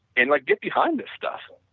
and like get behind the stuff